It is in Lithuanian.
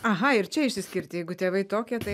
aha ir čia išsiskirti jeigu tėvai tokie tai